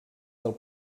del